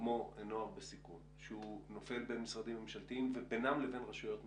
נוער בסיכון נופל בין משרדים ממשלתיים ובינם לבין רשויות מקומיות.